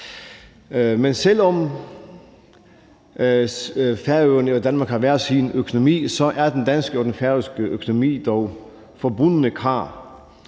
Men selv om Færøerne og Danmark har hver sin økonomi, er den danske og den færøske økonomi dog forbundne kar.